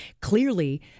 clearly